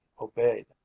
obeyed